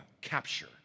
capture